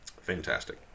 Fantastic